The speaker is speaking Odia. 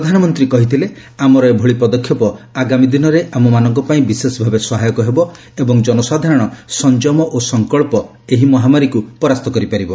ପ୍ରଧାନମନ୍ତ୍ରୀ କହିଥିଲେ ଆମର ଏଭଳି ପଦକ୍ଷେପ ଆଗାମୀ ଦିନରେ ଆମ ମାନଙ୍କ ପାଇଁ ବିଶେଷ ଭାବେ ସହାୟକ ହେବ ଏବଂ ଜନସାଧାରଣ ସଂଯମ ଓ ସଂକଳ୍ପ ଏହି ମହାମାରୀକୃ ପରାସ୍ତ କରିପାରିବ